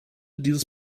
dieses